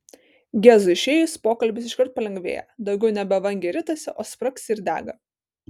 gezui išėjus pokalbis iškart palengvėja daugiau nebe vangiai ritasi o spragsi ir dega